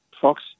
Fox